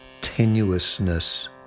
tenuousness